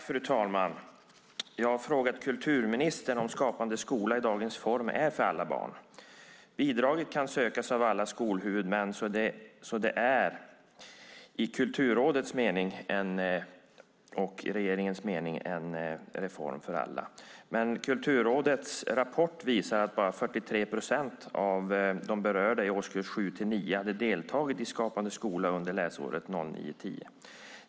Fru talman! Jag har frågat kulturministern om Skapande skola i dagens form är för alla barn. Bidraget kan sökas av alla skolhuvudmän, så det är i Kulturrådets och regeringens mening en reform för alla. Men Kulturrådets rapport visar att bara 43 procent av de berörda i årskurs 7-9 hade deltagit i Skapande skola under läsåret 2009/10.